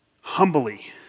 humbly